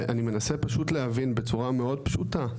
ואני מנסה פשוט להבין בצורה מאוד פשוטה.